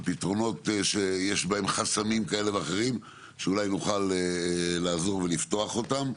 על פתרונות שיש בהם חסמים כאלה ואחרים שאולי נוכל לעזור ולפתוח אותם.